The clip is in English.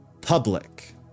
public